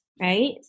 right